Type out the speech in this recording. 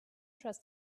trust